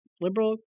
liberal